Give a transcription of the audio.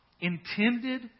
intended